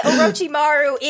Orochimaru